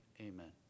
amen